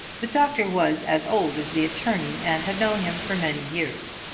the doctor was as old as the attorney, and had known him for many years.